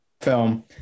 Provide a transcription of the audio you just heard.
film